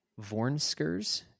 Vornskers